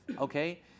Okay